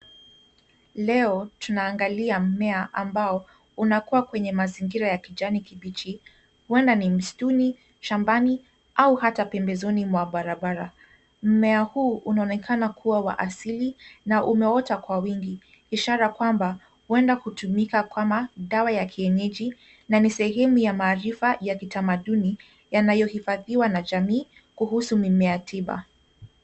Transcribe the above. Leo tunaangalia mmea ambao unakua kwenye mazingira ya kijani kibichi, huenda ni msituni, shambani au hata pembezoni mwa barabara. Mmea huu unaonekana kuwa wa asili na umeota kwa wingi, ishara kwamba huenda hutumika kama dawa ya kienyeji na ni sehemu ya maarifa ya kitamaduni yanayohifadhiwa na jamii kuhusu mimea tiba.